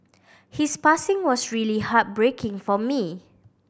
his passing was really heartbreaking for me